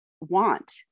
want